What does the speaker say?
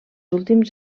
últims